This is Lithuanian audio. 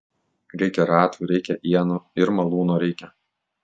reikia ratų reikia ienų ir malūno reikia